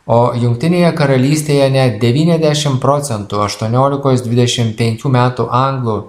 o jungtinėje karalystėje net devyniasdešim procentų aštuoniolikos dvidešim penkių metų anglų